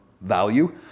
value